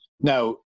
Now